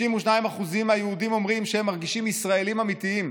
92% מהיהודים אומרים שהם מרגישים ישראלים אמיתיים.